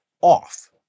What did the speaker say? off